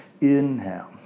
Inhale